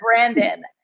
Brandon